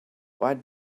what